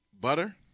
butter